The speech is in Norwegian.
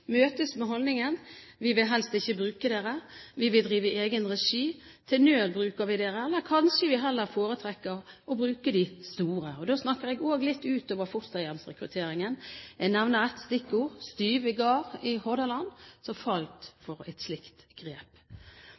møtes med holdningen: Vi vil helst ikke bruke dere, vi vil drive i egen regi – til nød bruker vi dere, eller kanskje vi heller foretrekker å bruke de store. Da snakker jeg også litt ut over fosterhjemsrekrutteringen. Jeg nevner ett stikkord, Styvi gard i Hordaland, som falt for et slikt grep.